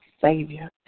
Savior